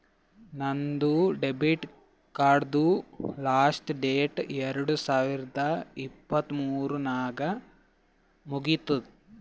ನಂದ್ ಡೆಬಿಟ್ ಕಾರ್ಡ್ದು last date ಎರಡು ಸಾವಿರದ ಇಪ್ಪತ್ ಮೂರ್ ನಾಗ್ ಮುಗಿತ್ತುದ್